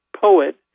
poet